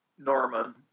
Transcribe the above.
Norman